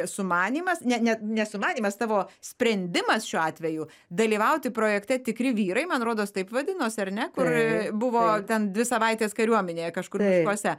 sumanymas ne ne ne sumanymas tavo sprendimas šiuo atveju dalyvauti projekte tikri vyrai man rodos taip vadinosi ar ne kur buvo ten dvi savaitės kariuomenėje kažkur miškuose